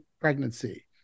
pregnancy